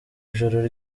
ijoro